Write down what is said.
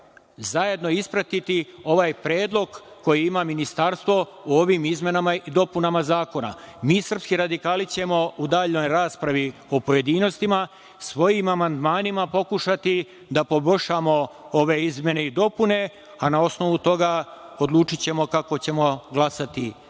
zajedno ispratiti ovaj predlog koji ima Ministarstvo u ovim izmenama i dopunama Zakona. Mi srpski radikali ćemo u daljoj raspravi po pojedinostima svojim amandmanima pokušati da poboljšamo ove izmene i dopune, a na osnovu toga odlučićemo kako ćemo glasati